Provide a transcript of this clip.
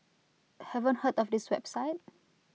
haven't heard of this website